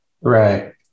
Right